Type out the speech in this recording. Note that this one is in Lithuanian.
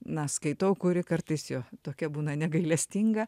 na skaitau kuri kartais jo tokia būna negailestinga